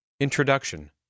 Introduction